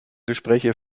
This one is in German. gespräche